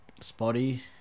spotty